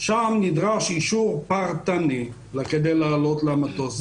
שם נדרש אישור פרטני כדי לעלות למטוס.